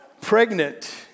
pregnant